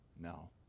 No